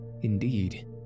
indeed